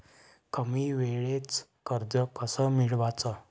कमी वेळचं कर्ज कस मिळवाचं?